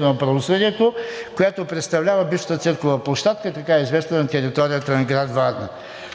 на правосъдието, която представлява бившата циркова площадка, така е известна на територията на град Варна.